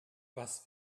was